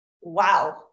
Wow